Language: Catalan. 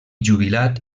jubilat